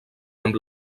amb